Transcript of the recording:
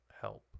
help